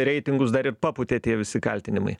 reitingus dar ir papūtė tie visi kaltinimai